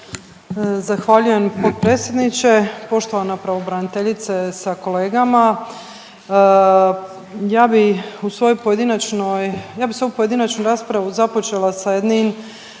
Zahvaljujem potpredsjedniče. Poštovana pravobraniteljice sa kolegama. Ja bi u svojoj pojedinačnoj, ja bi svoju pojedinačnu